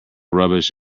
rubbish